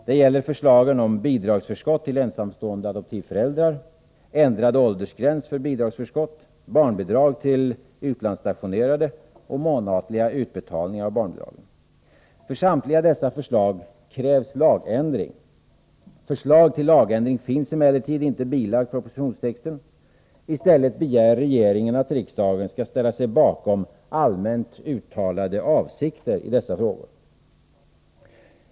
Det gäller förslagen om bidragsförskott till ensamstående adoptivföräldrar, ändrad åldersgräns för bidragsförskott, barnbidrag till utlandsstationerade och månatliga utbetalningar av barnbidragen. För samtliga dessa förslag krävs lagändring. Förslag till lagändring finns emellertid inte bilagt propositionstexten. I stället begär regeringen att riksdagen skall ställa sig bakom allmänt uttalade avsikter i dessa frågor.